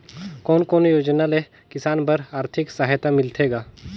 कोन कोन योजना ले किसान बर आरथिक सहायता मिलथे ग?